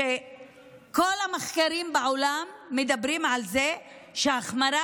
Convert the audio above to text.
כל המחקרים בעולם מדברים על זה שהחמרה